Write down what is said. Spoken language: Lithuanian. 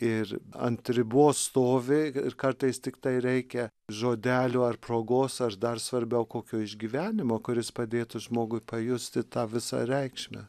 ir ant ribos stovi ir kartais tiktai reikia žodelių ar progos ar dar svarbiau kokio išgyvenimo kuris padėtų žmogui pajusti tą visą reikšmę